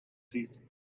season